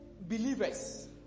believers